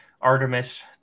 Artemis